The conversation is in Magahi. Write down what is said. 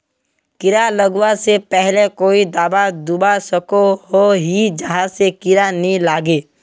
कीड़ा लगवा से पहले कोई दाबा दुबा सकोहो ही जहा से कीड़ा नी लागे?